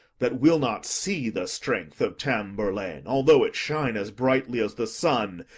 that will not see the strength of tamburlaine, although it shine as brightly as the sun,